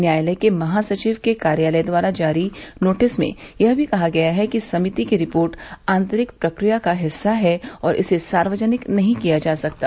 न्यायालय के महासचिव के कार्यालय द्वारा जारी नोटिस में यह भी कहा गया है कि समिति की रिपोर्ट आतंरिक प्रक्रिया का हिस्सा है और इसे सार्वजनिक नहीं किया जा सकता